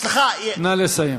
נא לסיים.